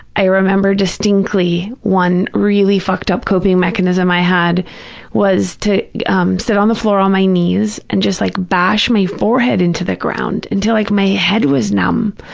i remember distinctly one really fucked-up coping mechanism i had was to sit on the floor on my knees and just like bash my forehead into the ground until like my head was numb,